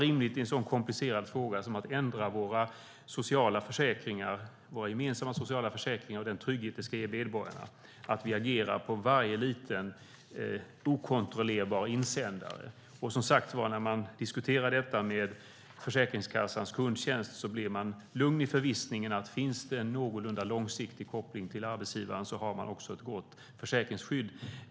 I en så komplicerad fråga som den om att ändra i våra gemensamma sociala försäkringar och i den trygghet som de ska ge medborgarna kan det inte vara rimligt att vi agerar utifrån varje liten okontrollerbar insändare. Som sagt: När man diskuterar detta med Försäkringskassans kundtjänst blir man lugn i förvissningen om att finns det en någorlunda långsiktig koppling till arbetsgivaren har man ett gott försäkringsskydd.